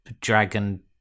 dragon